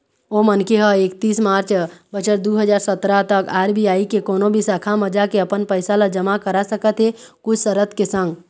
ओ मनखे ह एकतीस मार्च बछर दू हजार सतरा तक आर.बी.आई के कोनो भी शाखा म जाके अपन पइसा ल जमा करा सकत हे कुछ सरत के संग